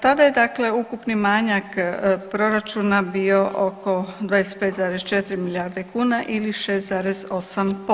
Tada je dakle ukupni manjak proračuna bio oko 25,4 milijarde kuna ili 6,8%